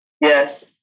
Yes